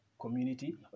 community